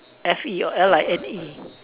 F E or L I N E